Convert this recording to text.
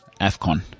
AFCON